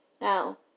Now